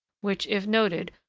which, if noted,